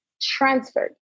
transferred